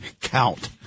count